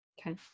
okay